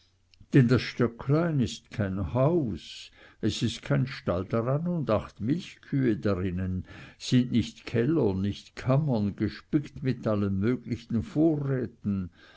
denn das stöcklein ist kein haus es ist kein stall daran und acht milchkühe drinnen sind nicht keller nicht kammern gespickt mit allen möglichen vorräten